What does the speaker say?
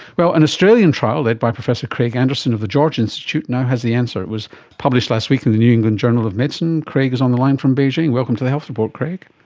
well, an australian trial, led by professor craig anderson of the george institute, now has the answer. it was published last week in the new england journal of medicine, craig is on the line from beijing. welcome to the health report craig.